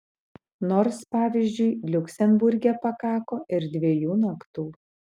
nors pavyzdžiui liuksemburge pakako ir dviejų naktų